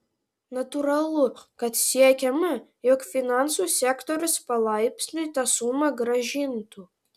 natūralu kad siekiama jog finansų sektorius palaipsniui tą sumą grąžintų